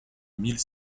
mille